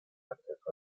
acceso